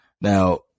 Now